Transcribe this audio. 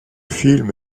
film